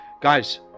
guys